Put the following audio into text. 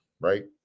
right